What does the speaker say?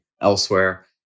elsewhere